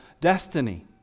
destiny